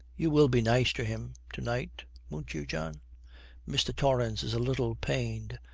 you will be nice to him to-night won't you, john mr. torrance is a little pained.